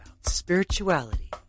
spirituality